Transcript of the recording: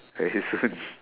bear his sons